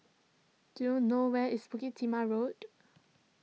do you know where is Bukit Timah Road